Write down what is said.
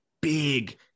big